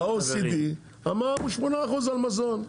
ב-OECD אמרנו 8% על מזון.